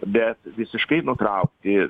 bet visiškai nutraukti